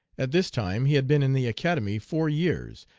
at this time he had been in the academy four years,